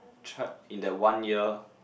try in that one year